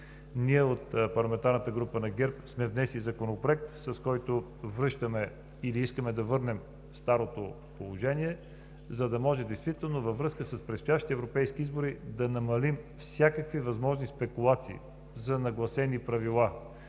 Ние от парламентарната група на ГЕРБ сме внесли законопроект, с който връщаме или искаме да върнем старото положение, за да може във връзка с предстоящите европейски избори да намалим всякакви възможни спекулации за нагласени правила,